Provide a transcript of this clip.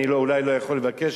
אני אולי לא יכול לבקש,